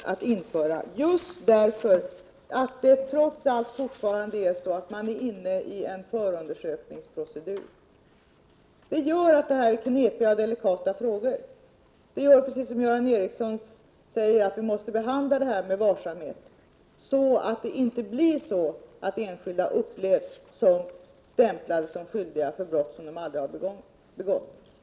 Det beror på just detta att man fortfarande är inne i en förundersökningsprocedur. Det gör att detta är knepiga och delikata frågor. Och det innebär, precis som Göran Ericsson säger, att vi måste handla med varsamhet, så att det inte blir på det sättet att enskilda upplever sig som stämplade och som skyldiga till brott vilka de aldrig har begått.